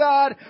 God